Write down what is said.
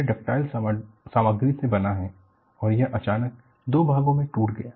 यह डक्टाइल सामग्री से बना है और यह अचानक दो भागो में टूट गया